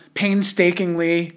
painstakingly